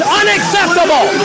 unacceptable